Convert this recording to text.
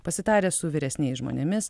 pasitaręs su vyresniais žmonėmis